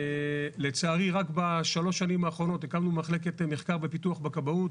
לצערי רק בשלוש השנים האחרונות הקמנו מחלקת מחקר ופיתוח בכבאות,